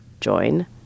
join